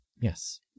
yes